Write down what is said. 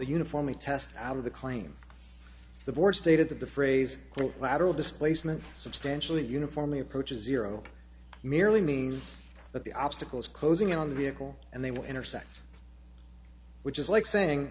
uniform and test out of the claim the board stated that the phrase lateral displacement substantially uniformly approaches zero merely means that the obstacle is closing in on the vehicle and they will intersect which is like saying